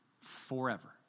forever